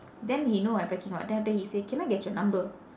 then he know I packing [what] then after that he say can I get your number